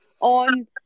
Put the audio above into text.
on